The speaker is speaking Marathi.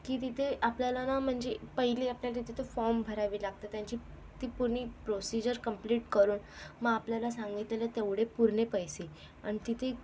की तिथे आपल्याला ना म्हणजे पहिले आपल्याला तिथे फॉम भरावे लागतात त्यांची ती पुर्नी प्रोसिजर कम्प्लिट करून म आपल्याला सांगितलेले तेवढे पुर्ने पैसे आणि तिथे